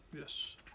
Yes